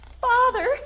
Father